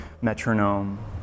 metronome